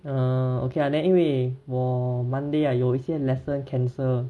err okay lah then 因为我 monday ah 有一些 lesson cancel